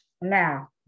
Now